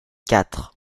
quatre